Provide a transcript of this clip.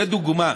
לדוגמה: